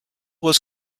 was